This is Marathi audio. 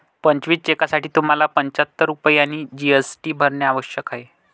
पंचवीस चेकसाठी तुम्हाला पंचाहत्तर रुपये आणि जी.एस.टी भरणे आवश्यक आहे